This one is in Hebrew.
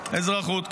אזרחות.